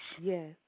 Yes